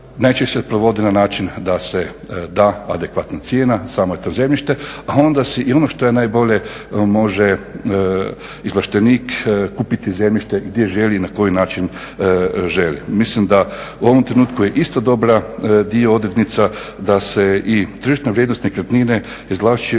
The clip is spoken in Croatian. Najčešće se provodi na način da se da adekvatna cijena za samo to zemljište a onda se i ono što je najbolje može izvlaštenik kupiti zemljište gdje želi i na koji način želi. Mislim da u ovom trenutku je isto dobra odrednica da se i tržišna vrijednost nekretnine izvlašćuje